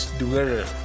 together